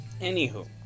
Anywho